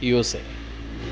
USA